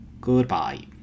Goodbye